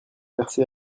percé